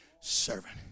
servant